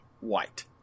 white